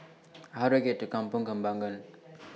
How Do I get to Kampong Kembangan